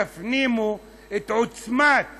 תפנימו את עוצמת